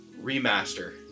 remaster